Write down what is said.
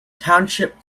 township